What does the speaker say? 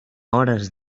hores